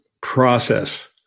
process